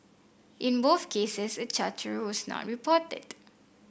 in both cases a charterer was not reported